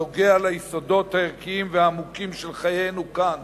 הנוגע ליסודות הערכיים והעמוקים של חיינו כאן